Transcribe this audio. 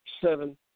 Seven